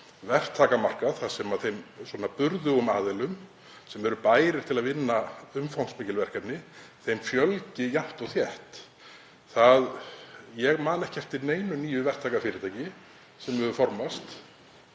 verktakamarkað þar sem burðugum aðilum sem eru bærir til að vinna umfangsmikil verkefni fjölgi jafnt og þétt. Ég man ekki eftir neinu nýju verktakafyrirtæki sem hefur formast